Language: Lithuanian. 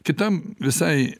kitam visai